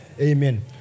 Amen